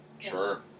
Sure